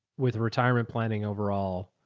with retirement planning overall.